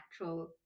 natural